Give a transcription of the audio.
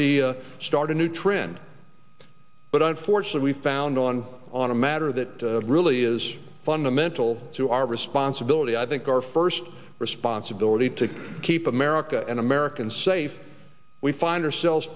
a start a new trend but unfortunately found on on a matter that really is fundamental to our responsibility i think our first responsibility to keep america and americans safe we find ourselves